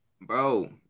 Bro